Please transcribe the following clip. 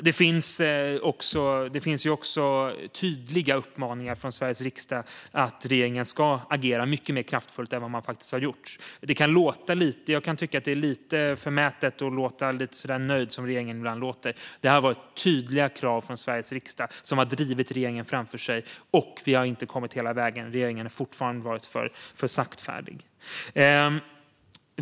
Det finns också tydliga uppmaningar från Sveriges riksdag till regeringen om att agera mycket mer kraftfullt än man faktiskt har gjort. Jag kan tycka att regeringen ibland låter lite förmäten och nöjd. Det här har varit tydliga krav från Sveriges riksdag, som har drivit regeringen framför sig. Men vi har inte kommit hela vägen. Regeringen har fortfarande varit för saktfärdig.